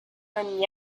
than